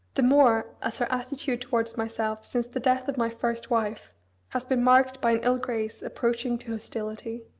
the more as her attitude towards myself since the death of my first wife has been marked by an ill grace approaching to hostility.